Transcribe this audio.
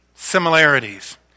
Similarities